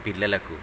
పిల్లలకు